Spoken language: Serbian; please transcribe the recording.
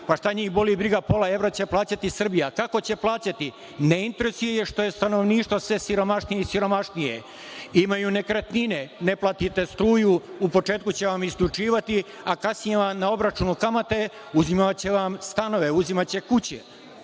pa šta njih boli briga, pola evra će plaćati Srbija. Kako će plaćati? Ne interesuje ih što je stanovništvo sve siromašnije i siromašnije, imaju nekretnine, ne platite struju, u početku će vam isključivati, a kasnije vam na obračunu kamate, uzimaće vam stanove, uzimaće kuće.